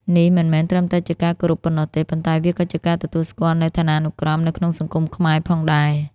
នេះមិនមែនត្រឹមតែជាការគោរពប៉ុណ្ណោះទេ ប៉ុន្តែវាក៏ជាការទទួលស្គាល់នូវឋានានុក្រមនៅក្នុងសង្គមខ្មែរផងដែរ។